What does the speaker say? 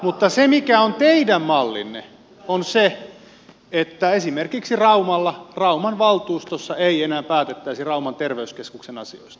mutta se mikä on teidän mallinne on se että esimerkiksi raumalla rauman valtuustossa ei enää päätettäisi rauman terveyskeskuksen asioista